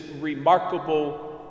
remarkable